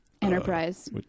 Enterprise